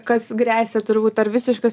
kas gresia turbūt ar visiškas